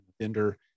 vendor